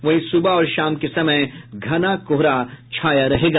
वहीं सुबह और शाम के समय घना कोहरा छाया रहेगा